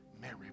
Mary